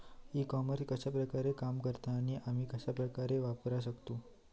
E commerce कश्या प्रकारे काम करता आणि आमी कश्या प्रकारे वापराक शकतू?